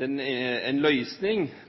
en